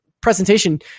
presentation